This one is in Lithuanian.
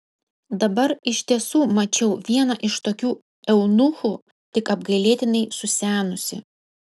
dabar iš tiesų mačiau vieną iš tokių eunuchų tik apgailėtinai susenusį